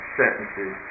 sentences